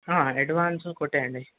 advance కొట్టేయండి